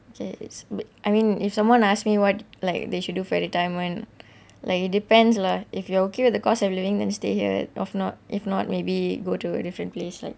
okay is it I mean if someone ask me what like they should do for retirement like it depends lah if you are okay with the cost of living then stay here of not if not maybe go to a different place like